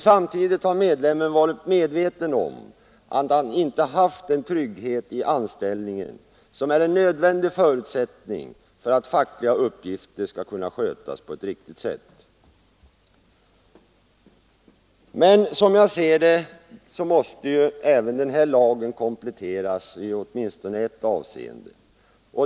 Samtidigt har medlemmen varit medveten om att han inte haft den trygghet i anställningen som är en nödvändig förutsättning för att fackliga uppgifter skall kunna skötas på ett riktigt sätt. Som jag ser det måste dock även den här lagen kompletteras, åtminstone i ett avseende.